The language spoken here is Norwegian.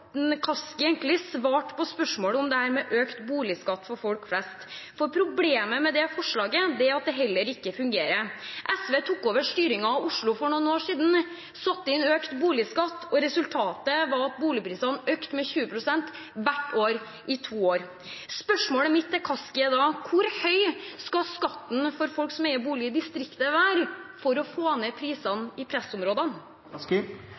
Kaski egentlig svarte på spørsmålet om dette med økt boligskatt for folk flest. Problemet med det forslaget er at det ikke fungerer. SV tok over styringen av Oslo for noen år siden og økte boligskatten. Resultatet var at boligprisene økte med 20 pst. hvert år i to år. Spørsmålet mitt til Kaski er da: Hvor høy skal skatten være for folk som eier bolig i distriktet, for å få ned